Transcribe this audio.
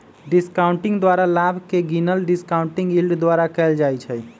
discounting द्वारा लाभ के गिनल डिस्काउंटिंग यील्ड द्वारा कएल जाइ छइ